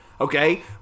Okay